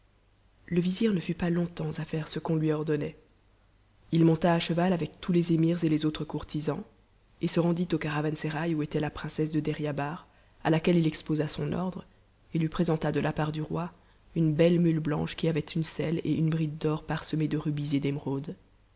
le vizir ne fut pas longtemps à faire ce qu'on lui ordonnait il monta à cheval avec tous les émirs et les autres courtisans et se rendit au caravansérail où était la princesse de deryabar à laquelle il exposa son ordre et lui présenta de la part du roi une belle mule blanche qui avait une selle et une bride d'or parsemées de rubis et d'émeraudes